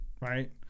right